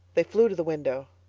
they flew to the window.